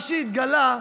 מה שהתגלה,